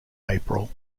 april